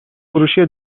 فروشی